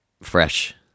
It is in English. fresh